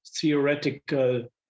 theoretical